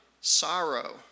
sorrow